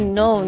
no